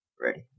ready